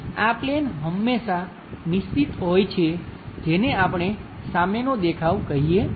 તેથી આ પ્લેન હંમેશા નિશ્ચિત હોય છે જેને આપણે સામેનો દેખાવ કહીએ છીએ